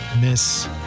Miss